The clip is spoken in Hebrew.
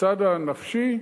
בצד הנפשי,